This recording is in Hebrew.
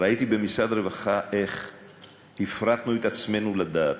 ראיתי במשרד הרווחה איך הפרטנו את עצמנו לדעת.